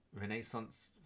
Renaissance